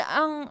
ang